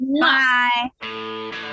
Bye